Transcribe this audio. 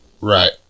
right